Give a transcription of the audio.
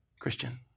Christian